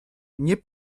nie